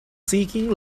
seeking